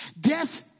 Death